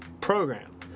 program